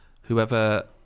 whoever